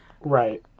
Right